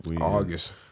August